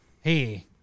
hey